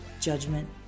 Judgment